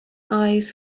eyes